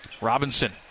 Robinson